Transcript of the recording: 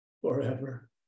forever